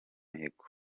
imihigo